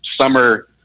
summer